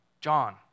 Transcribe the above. John